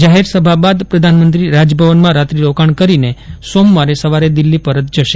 જાહેરસભા બાદ પ્રધાનમંત્રી રાજભવનમાં રાત્રી રોકાશ કરીને સોમવારે સવારે દિલ્હી પરત જશે